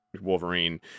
Wolverine